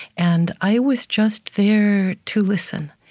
and i was just there to listen,